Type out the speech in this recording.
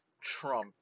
Trump